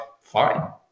Fine